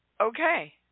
Okay